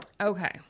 Okay